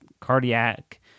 cardiac